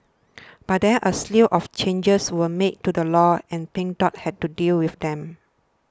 but there a slew of changes were made to the law and Pink Dot had to deal with them